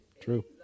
True